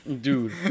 Dude